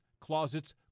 closets